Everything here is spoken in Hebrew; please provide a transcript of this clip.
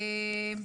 התשפ"א-2021.